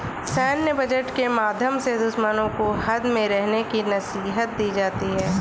सैन्य बजट के माध्यम से दुश्मनों को हद में रहने की नसीहत दी जाती है